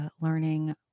learning